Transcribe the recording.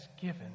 given